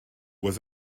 was